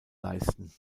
leisten